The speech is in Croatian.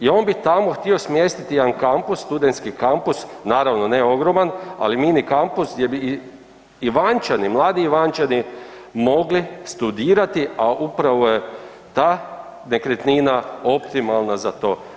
I on bi tamo htio smjestiti jedan kampus, studentski kampus, naravno ne ogroman, ali mini kampus gdje bi Ivančani, mladi Ivančani mogli studirati, a upravo je ta nekretnina optimalna za to.